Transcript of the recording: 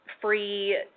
free